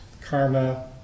karma